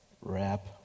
Rap